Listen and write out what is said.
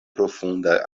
profunda